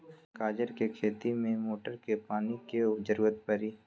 गाजर के खेती में का मोटर के पानी के ज़रूरत परी?